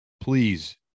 please